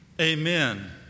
amen